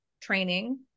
training